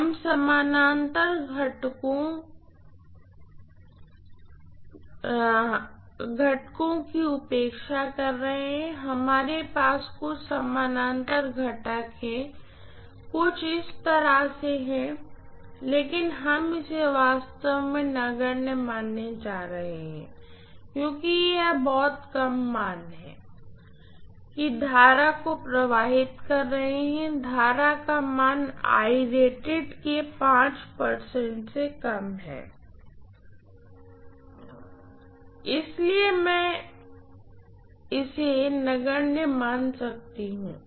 हम समानांतर घटकों की उपेक्षा कर रहे हैं हमारे पास कुछ समानांतर घटक हैं कुछ इस तरह से हैं लेकिन हम इसे वास्तव में नगण्य मानने जा रहे हैं क्योंकि ये बहुत कम मान कि करंट को प्रवाहित कर रहे हैं करंट का मान के प्रतिशत से कम है इसलिए मैं इसलिए मैं इसे नगण्य मान सकती हूँ